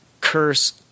Curse